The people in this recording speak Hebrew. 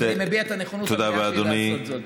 אני מביע את הנכונות לעשות זאת.